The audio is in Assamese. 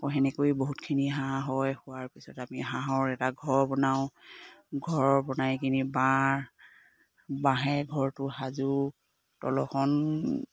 আকৌ সেনেকৈ বহুতখিনি হাঁহ হয় হোৱাৰ পিছত আমি হাঁহৰ এটা ঘৰ বনাওঁ ঘৰ বনাই কিনি বাঁহ বাঁহেৰে ঘৰটো সাজো তলৰখন